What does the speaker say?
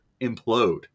implode